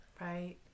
right